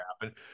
happen